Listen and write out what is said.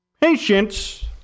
Patience